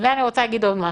ואני רוצה להגיד עוד משהו,